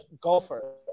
golfer